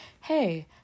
hey